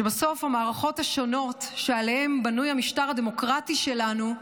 שבסוף המערכות השונות שעליהן בנוי המשטר הדמוקרטי שלנו,